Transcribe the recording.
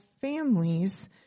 families